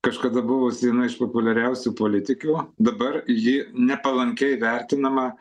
kažkada buvusi viena iš populiariausių politikių dabar ji nepalankiai vertinama